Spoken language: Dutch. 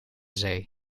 zee